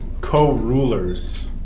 co-rulers